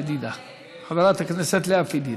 חברת הכנסת לאה פדידה.